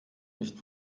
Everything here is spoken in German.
nicht